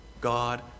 God